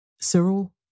Cyril